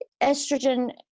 estrogen